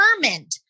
determined